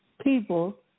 people